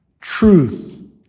truth